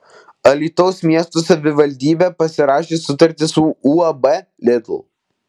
alytaus miesto savivaldybė pasirašė sutartį su uab lidl